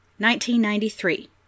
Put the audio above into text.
1993